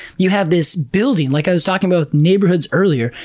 you have this building like, i was talking about neighborhoods earlier,